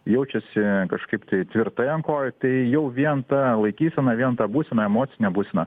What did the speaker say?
jaučiasi kažkaip tai tvirtai ant kojų tai jau vien ta laikysena vien ta būsena emocinė būsena